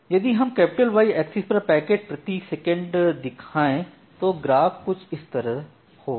यदि हम Y axis पर पैकेट प्रति सेकंड दिखाएँ तो ग्राफ कुछ इस तरह होगा